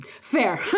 Fair